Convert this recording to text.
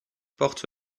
porte